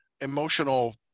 emotional